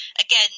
Again